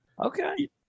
okay